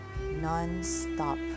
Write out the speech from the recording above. non-stop